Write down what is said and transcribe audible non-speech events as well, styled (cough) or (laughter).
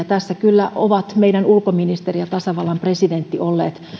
(unintelligible) tässä ovat kyllä meidän ulkoministerimme ja tasavallan presidentti olleet